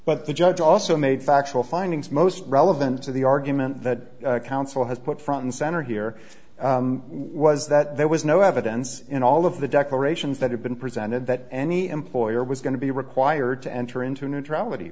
but the judge also made factual findings most relevant to the argument that counsel has put front and center here was that there was no evidence in all of the declarations that had been presented that any employer was going to be required to enter into a neutrality